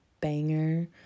banger